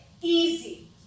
Easy